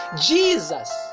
Jesus